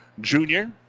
junior